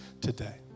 today